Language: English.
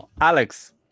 alex